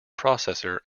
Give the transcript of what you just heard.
processor